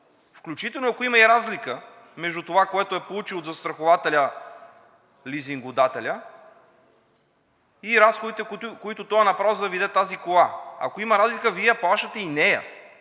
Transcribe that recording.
включително и ако има разлика между това, което е получил застрахователят, лизингодателят и разходите, които той е направил, за да Ви даде тази кола. Ако има разлика, Вие я плащате и нея,